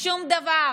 שום דבר.